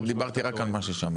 דיברתי רק על מה ששמעתי.